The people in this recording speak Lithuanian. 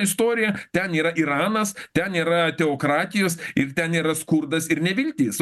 istorija ten yra iranas ten yra teokratijos ir ten yra skurdas ir neviltis